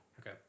Okay